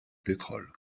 pétrole